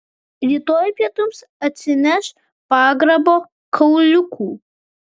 rytoj pietums atsineš pagrabo kauliukų